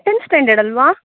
tenth standard ಅಲ್ವಾ